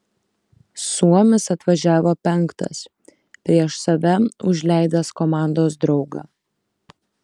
suomis atvažiavo penktas prieš save užleidęs komandos draugą